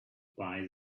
buy